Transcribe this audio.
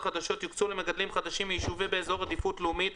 מישהו גידל ביצים במערכת הפוליטית.